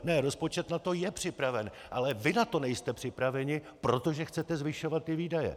Ne, rozpočet na to je připraven, ale vy na to nejste připraveni, protože chcete zvyšovat výdaje.